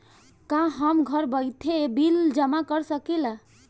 का हम घर बइठे बिल जमा कर शकिला?